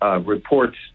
reports